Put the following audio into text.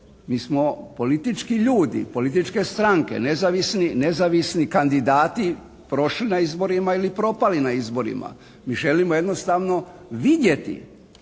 mi smo politički ljudi, političke stranke, nezavisni kandidati prošli na izborima ili propali na izborima. Mi želimo jednostavno vidjeti